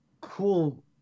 cool